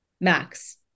max